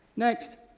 next,